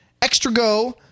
ExtraGo